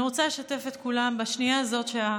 אני רוצה לשתף את כולם בשנייה הזאת שבה